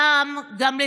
הפעם גם,